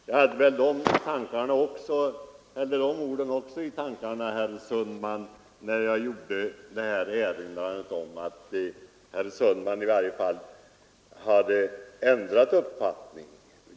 Jag hade väl också de orden i tankarna, herr Sundman, när jag erinrade om att herr Sundman hade ändrat uppfattning.